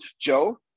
Joe